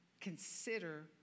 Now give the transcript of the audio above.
consider